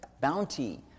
bounty